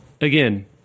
again